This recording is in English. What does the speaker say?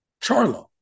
Charlo